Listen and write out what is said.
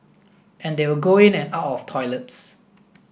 and they will go in and out of toilets